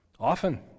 Often